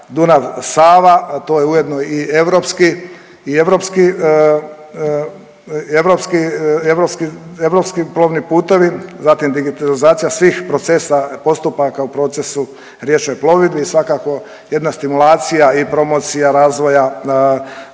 Dunav – Sava. To je ujedno i europski plovni putevi. Zatim digitalizacija svih procesa postupaka u procesu riječnoj plovidbi i svakako jedna stimulacija i promocija razvoja